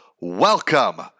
Welcome